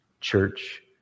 Church